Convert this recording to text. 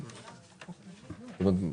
הבנת?